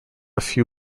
few